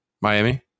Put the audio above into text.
Miami